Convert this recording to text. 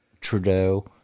trudeau